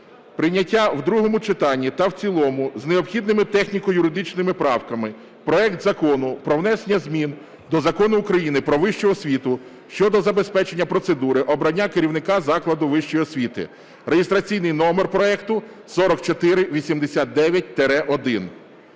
прийняття в другому читанні та в цілому з необхідними техніко-юридичними правками проект Закону про внесення змін до Закону України "Про вищу освіту" щодо забезпечення процедури обрання керівника закладу вищої освіти (реєстраційний номер проекту 4489-1).